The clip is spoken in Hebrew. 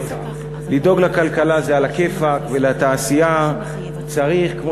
לדאוג לכלכלה ולתעשייה זה עלא כיפאק,